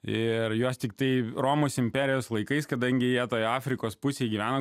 ir jos tiktai romos imperijos laikais kadangi jie toje afrikos pusėje gyvena